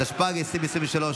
התשפ"ג 2023,